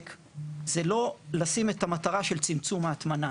הוא לא לשים את המטרה של צמצום ההטמנה.